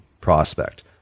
prospect